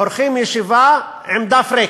עורכים ישיבה עם דף ריק.